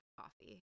coffee